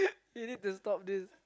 you need to stop this